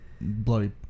bloody